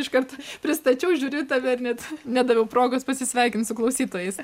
iškart pristačiau žiūriu į tave ir net nedaviau progos pasisveikint su klausytojais